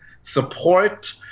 support